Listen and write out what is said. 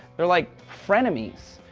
they're like frenemies.